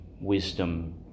wisdom